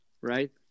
right